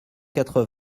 quatre